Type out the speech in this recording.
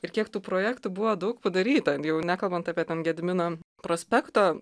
ir kiek tų projektų buvo daug padaryta jau nekalbant apie gedimino prospekto